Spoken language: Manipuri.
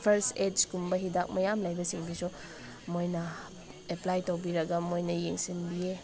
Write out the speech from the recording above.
ꯐꯔꯁ ꯑꯦꯗꯁꯀꯨꯝꯕ ꯍꯤꯗꯥꯛ ꯃꯌꯥꯝ ꯂꯩꯕ ꯁꯤꯡꯗꯨꯁꯨ ꯃꯣꯏꯅ ꯑꯦꯞꯄ꯭ꯂꯥꯏ ꯇꯧꯕꯤꯔꯒ ꯃꯣꯏꯅ ꯌꯦꯡꯁꯤꯟꯕꯤ